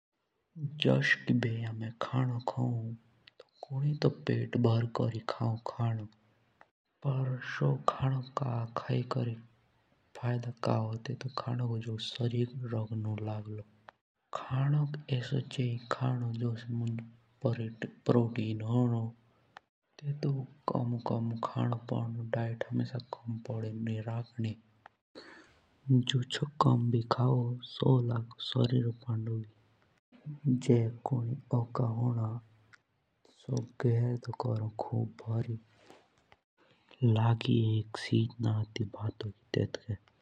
जुस एभी हामे खाणो खौं तो कुनी तो इसे हो खुं पेट भर किरी तो खाये कोरु खाना। ओर का फाइदा ते टुक खाणो खाई कोरी जब सो शारीरिक नु लागलो। दैट हमेसा कम पॉडनी रक्खनी तब लागों सो सरीरेोंक।